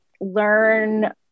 learn